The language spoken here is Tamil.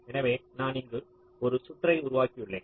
எனவே நான் இங்கு ஒரு சுற்றை உருவாக்கியுள்ளேன்